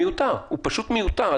הוא פשוט מיותר,